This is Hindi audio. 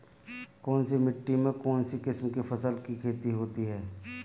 कौनसी मिट्टी में कौनसी किस्म की फसल की खेती होती है?